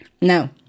no